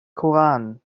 koran